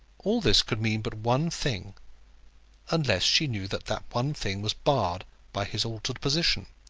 all this could mean but one thing unless she knew that that one thing was barred by his altered position.